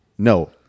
No